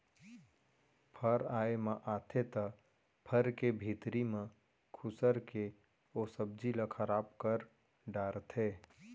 फर आए म आथे त फर के भीतरी म खुसर के ओ सब्जी ल खराब कर डारथे